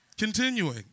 Continuing